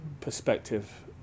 perspective